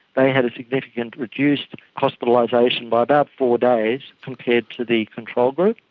they had a significantly reduced hospitalisation by about four days compared to the control group,